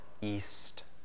east